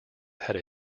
had